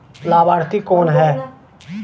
लाभार्थी कौन है?